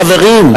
חברים, חברים.